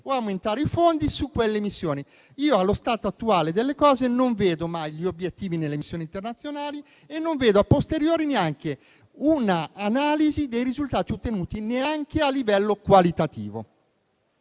o aumentare i fondi per quelle missioni. Allo stato attuale delle cose, non vedo mai gli obiettivi nelle missioni internazionali e non vedo, a posteriori, un'analisi dei risultati ottenuti, neanche a livello qualitativo.